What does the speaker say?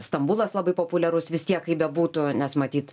stambulas labai populiarus vis tiek kaip bebūtų nes matyt